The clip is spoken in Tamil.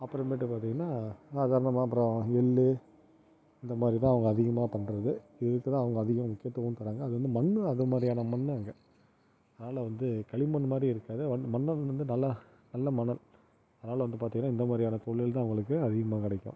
அப்புறம்மேட்டுக்கு பார்த்திங்கன்னா சாதாரணமாக அப்புறம் எள் இந்தமாதிரி தான் அவங்க அதிகமாக பண்ணுறது இதுக்குதான் அவங்க அதிகம் முக்கியத்துவமும் தர்றாங்க அதுவந்து மண்ணும் அதேமாதிரியான மண் அங்கே அதனால் வந்து களிமண் மாதிரி இருக்காது மண் வந்து நல்லா நல்ல மணல் அதனால் வந்து பார்த்திங்கன்னா இந்த மாதிரியான தொழில்தான் அவங்களுக்கு அதிகமாக கிடைக்கும்